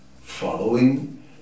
following